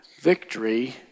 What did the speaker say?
victory